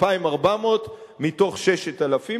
2,400 מתוך 6,000,